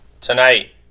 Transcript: tonight